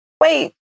wait